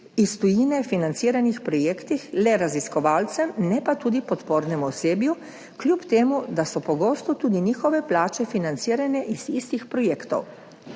iz tujine financiranih projektih le raziskovalcem, ne pa tudi podpornemu osebju, kljub temu da so pogosto tudi njihove plače financirane iz istih projektov.